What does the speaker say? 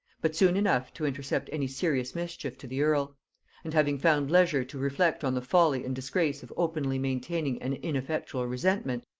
but soon enough to intercept any serious mischief to the earl and having found leisure to reflect on the folly and disgrace of openly maintaining an ineffectual resentment,